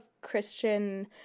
Christian